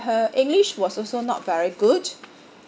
her english was also not very good